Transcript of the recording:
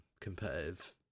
competitive